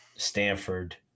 Stanford